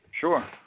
Sure